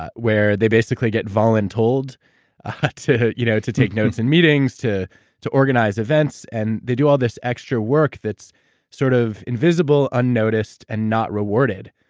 ah where they basically get voluntold told you know to take notes in meetings, to to organize events, and they do all this extra work that's sort of invisible unnoticed and not rewarded.